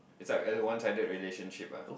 it's like at a one sided relationship ah